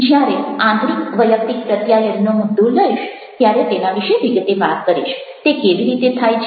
જ્યારે આંતરિક વૈયક્તિક પ્રત્યાયનનો મુદ્દો લઈશ ત્યારે તેના વિશે વિગતે વાત કરીશ તે કેવી રીતે થાય છે